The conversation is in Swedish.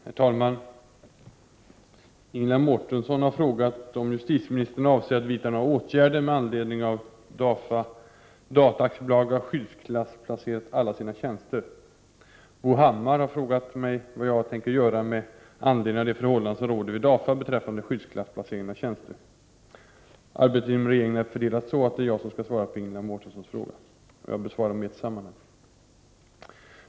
Herr talman! Ingela Mårtensson har frågat om justitieministern avser att vidta några åtgärder med anledning av att DAFA Data AB har skyddsklassplacerat alla sina tjänster. Bo Hammar har frågat mig vad jag tänker göra med anledning av de förhållanden som råder vid DAFA beträffande skyddsklassplaceringen av tjänster. Arbetet inom regeringen är fördelat så, att det är jag som skall svara på Ingela Mårtenssons fråga. Jag besvarar frågorna i ett sammanhang.